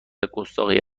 گستاخی